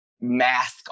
mask